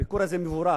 הביקור הזה מבורך,